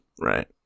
right